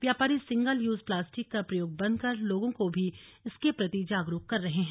व्यापारी single use plastic का प्रयोग बंद कर लोगों को भी इसके प्रति जागरूक कर रहे हैं